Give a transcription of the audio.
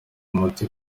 umuti